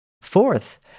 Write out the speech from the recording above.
Fourth